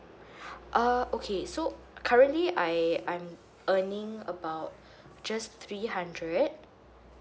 uh okay so currently I I'm earning about just three hundred